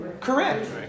Correct